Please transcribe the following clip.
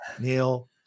Neil